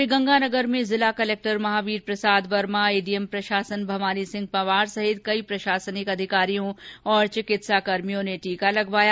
श्रीगंगानगर में जिला collector Mahavir Prasad Verma ADM प्रशासन भवानी सिंह पवार सहित कही प्रशासनिक अधिकारियों और चिकित्सा कर्मियों ने टीका लगवाया